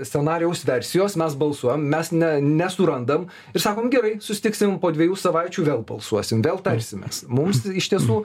scenarijaus versijos mes balsuojam mes ne nesurandam ir sakom gerai susitiksim po dviejų savaičių vėl balsuosim vėl tarsimės mums iš tiesų